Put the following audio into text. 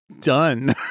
Done